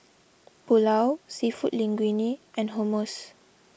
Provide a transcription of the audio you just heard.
Pulao Seafood Linguine and Hummus